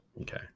Okay